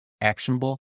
actionable